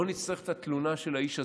לא נצטרך את התלונה של האיש עצמו,